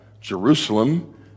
Jerusalem